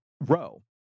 row